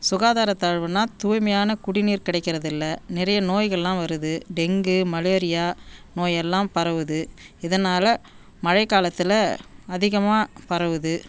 சுகாதார தாழ்வுன்னா தூய்மையான குடிநீர் கிடைக்கிறதில்ல நிறைய நோய்கள்லாம் வருது டெங்கு மலேரியா நோயெல்லாம் பரவுது இதனால் மழைக்காலத்தில் அதிகமாக பரவுது